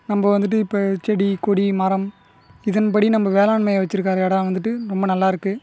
நம்ம வந்துட்டு இப்போ செடி கொடி மரம் இதன் படி நம்ம வேளாண்மை வஞ்சுருக்கற இடோம் வந்துட்டு ரொம்ப நல்லாருக்குது